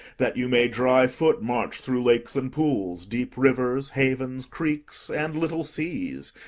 that you may dry-foot march through lakes and pools, deep rivers, havens, creeks, and little seas,